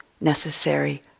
necessary